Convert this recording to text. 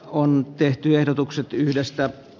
on tehty ehdotukset yhdestä